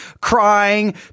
crying